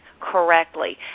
Correctly